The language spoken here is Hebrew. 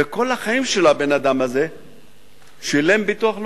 וכל החיים שלו הבן-אדם הזה שילם ביטוח לאומי.